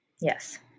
Yes